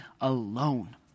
alone